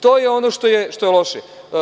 To je ono što je loše.